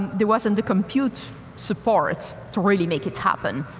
there wasn't a compute support to really make it happen.